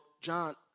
John